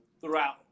Throughout